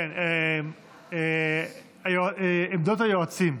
עמדות היועצים,